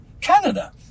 Canada